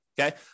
Okay